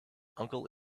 uncle